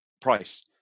price